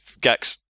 Gex